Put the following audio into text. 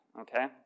okay